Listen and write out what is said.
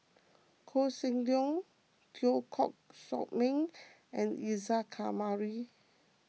Koh Seng Leong Teo Koh Sock Miang and Isa Kamari